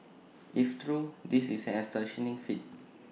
if true this is an astonishing feat